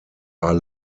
are